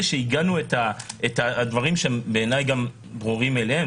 הדברים ברורים מאליהם בעיני,